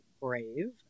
brave